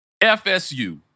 FSU